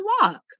walk